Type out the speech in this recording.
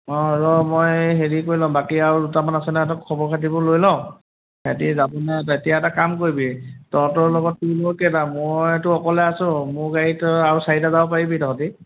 অঁ ৰহ মই হেৰি কৰি লওঁ বাকী আৰু দুটামান আছে নহয় সিঁহতক খবৰ খাতিটো লৈ লওঁ সিহঁতি যাব নে নাই তেতিয়া এটা কাম কৰিবি তহঁতৰ লগত তোৰনো কেইটা মইতো অকলে আছোঁ মোৰ গাড়ীত আৰু চাৰিটা যাব পাৰিবি তহঁতি